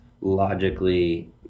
logically